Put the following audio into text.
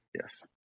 Yes